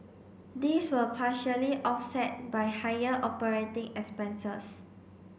these were partially offset by higher operating expenses